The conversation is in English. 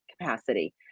capacity